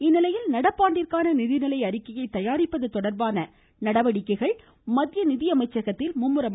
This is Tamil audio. இந்நிலையில் நடப்பாண்டிற்கான நிதிநிலை அறிக்கையை தயாரிப்பது தொடர்பான நடவடிக்கைகள் மத்திய நிதியமைச்சகத்தில் மும்முரமாக நடைபெற்று வருகிறது